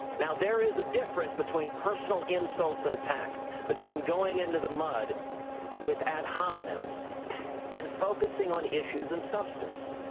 now, there is a difference between personal insults and attacks between going into the mud with ad hominems and focusing on issues and substance.